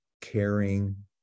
caring